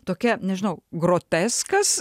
tokia nežinau groteskas